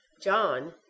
John